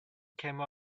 came